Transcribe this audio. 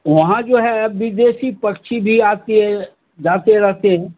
वहाँ जो है विदेशी पक्षी भी आते जाते रहते हैं